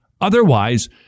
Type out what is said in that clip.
Otherwise